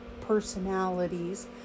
personalities